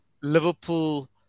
Liverpool